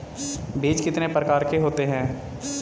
बीज कितने प्रकार के होते हैं?